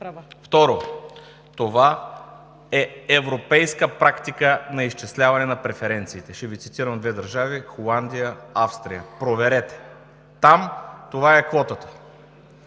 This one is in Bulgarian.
Второ, това е европейска практика на изчисляване на преференциите. Ще Ви цитирам две държави – Холандия и Австрия. Проверете! Там това е квотата.